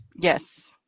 Yes